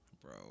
bro